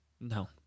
No